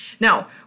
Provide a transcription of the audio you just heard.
Now